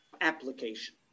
application